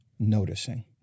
noticing